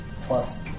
plus